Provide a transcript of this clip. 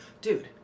dude